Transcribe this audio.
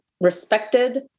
respected